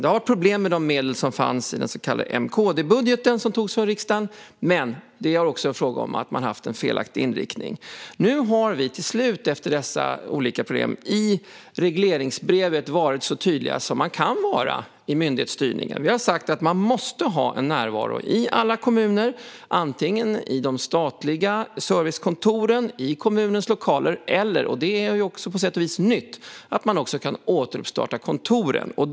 Det har varit problem med de medel som fanns i den så kallade M-KD-budgeten som togs från riksdagen, men det har också varit fråga om att man har haft en felaktig inriktning. Nu har vi, till slut efter dessa olika problem, i regleringsbrevet varit så tydliga som det går att vara i myndighetsstyrningen. Vi har sagt att man måste ha en närvaro i alla kommuner - antingen i de statliga servicekontoren i kommunens lokaler, eller, och det är på sätt och vis nytt, genom att öppna kontoren igen.